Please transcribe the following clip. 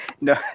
No